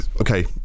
Okay